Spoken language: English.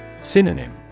Synonym